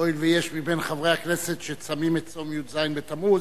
הואיל ויש מבין חברי הכנסת שצמים את צום י"ז בתמוז,